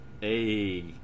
Hey